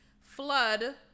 flood